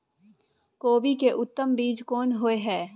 कोबी के उत्तम बीज कोन होय है?